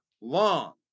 long